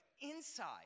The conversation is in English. inside